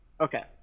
okay